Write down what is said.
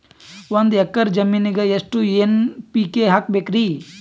ಒಂದ್ ಎಕ್ಕರ ಜಮೀನಗ ಎಷ್ಟು ಎನ್.ಪಿ.ಕೆ ಹಾಕಬೇಕರಿ?